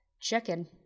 chicken